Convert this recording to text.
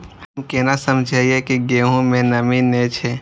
हम केना समझये की गेहूं में नमी ने छे?